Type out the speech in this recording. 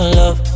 love